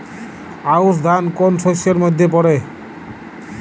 আউশ ধান কোন শস্যের মধ্যে পড়ে?